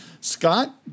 Scott